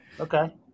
Okay